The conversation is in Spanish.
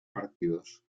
partidos